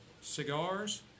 cigars